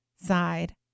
side